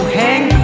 hang